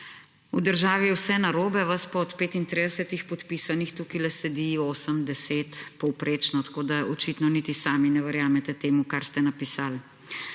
v državi je vse narobe, vas pa od 35 podpisanih tukajle sedi 8, 10, povprečno, tako da očitno niti sami ne verjamete temu, kar ste napisali.